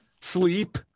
sleep